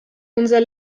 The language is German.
unser